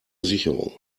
sicherung